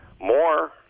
more